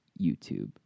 YouTube